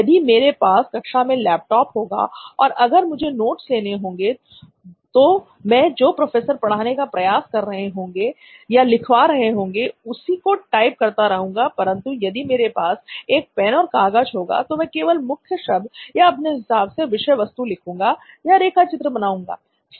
यदि मेरे पास कक्षा में लैपटॉप होगा और अगर मुझे नोट्स लेने होंगे तो तो मैं जो प्रोफेसर पढ़ाने का प्रयास कर रहे होंगे या लिखवा रहे होंगे उसी को टाइप करता रहूंगा परंतु यदि मेरे पास एक पेन और कागज होगा तो मैं केवल मुख्य शब्द या अपने हिसाब से विषय वस्तु लिखूंगा या रेखाचित्र बनाऊंगा